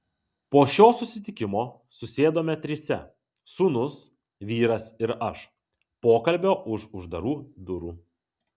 po šio susitikimo susėdome trise sūnus vyras ir aš pokalbio už uždarų durų